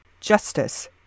Justice